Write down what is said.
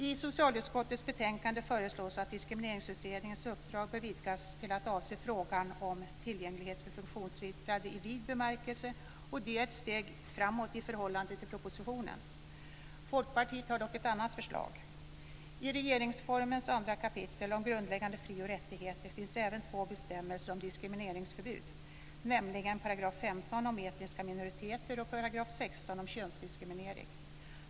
I socialutskottets betänkande föreslås att Diskrimineringsutredningens uppdrag bör utvidgas till att avse frågan om tillgänglighet för funktionshindrade i vid bemärkelse, och det är ett steg framåt i förhållande till propositionen. Folkpartiet har dock ett annat förslag. I regeringsformens 2 kap. om grundläggande fri och rättigheter finns även två bestämmelser om diskrimineringsförbud, nämligen 15 § om etniska minoriteter och 16 § om könsdiskriminering.